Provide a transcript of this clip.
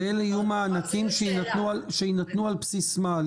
ואלה יהיו מענקים שיינתנו על בסיס מה?